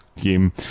game